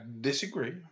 disagree